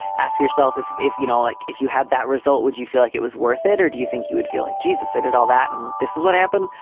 ask yourself if if you know, like if you had that result, would you feel like it was worth it or do you think you would feel like jesus? they did all that and this is what happened.